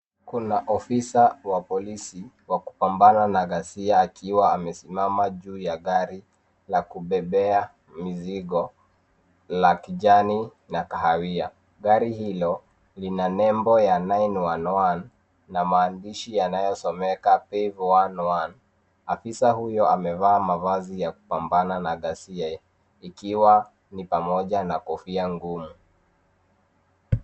Kuna ofisa wa polisi wa kupambana na ghasia akiwa amesimama juu ya gari la kubebea mizigo la kijani na kahawia. Gari hilo lina nembo ya 911 na maandishi yanayosomeka, Pave 11. Afisa huyo amevaa mavazi ya kupambana na ghasia, ikiwa ni pamoja na kofia ngumu.